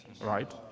right